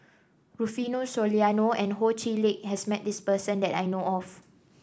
Rufino Soliano and Ho Chee Lick has met this person that I know of